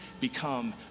become